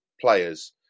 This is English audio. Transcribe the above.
players